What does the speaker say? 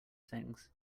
things